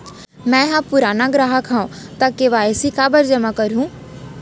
मैं ह पुराना ग्राहक हव त के.वाई.सी काबर जेमा करहुं?